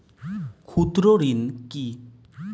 ক্ষুদ্র ঋণ কি?